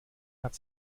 hat